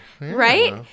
Right